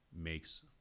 makes